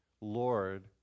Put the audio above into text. Lord